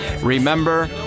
Remember